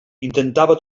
intentava